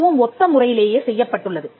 அதுவும் ஒத்த முறையிலேயே செய்யப்பட்டுள்ளது